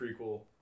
prequel